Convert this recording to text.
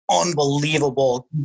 unbelievable